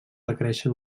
requereixen